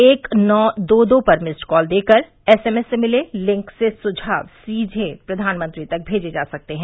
एक नौ दो दो पर मिस्ड कॉल देकर एसएमएस से मिले लिक से सुझाव सीधे प्रघानमंत्री तक भेजे जा सकते हैं